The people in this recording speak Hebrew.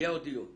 יהיה עוד דיון.